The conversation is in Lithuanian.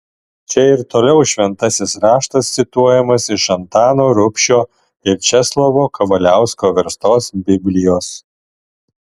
čia ir toliau šventasis raštas cituojamas iš antano rubšio ir česlovo kavaliausko verstos biblijos